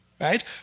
right